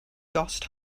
gost